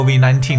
,COVID-19